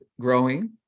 growing